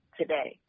today